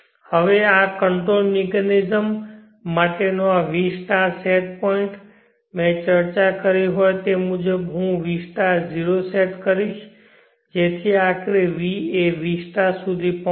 હવે આ control mechanism માટેનો આ v સેટ પોઇન્ટ મેં ચર્ચા કરી હોય તે મુજબ હું v 0 સેટ કરીશ જેથી આખરે v એ v સુધી પહોંચે